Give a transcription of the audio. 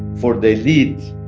for the elite,